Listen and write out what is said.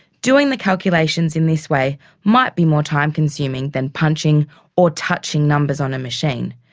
doing the calculations in this way might be more time-consuming than punching or touching numbers on a machine,